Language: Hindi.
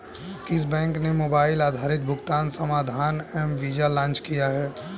किस बैंक ने मोबाइल आधारित भुगतान समाधान एम वीज़ा लॉन्च किया है?